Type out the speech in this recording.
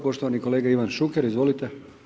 Poštovani kolega Ivan Šuker, izvolite.